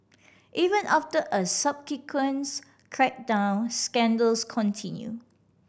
even after a subsequent crackdown scandals continued